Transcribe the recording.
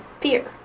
fear